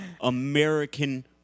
American